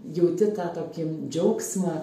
jauti tą tokį džiaugsmą